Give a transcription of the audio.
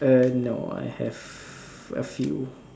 err no I have a few